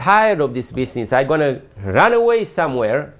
tired of this business i going to run away somewhere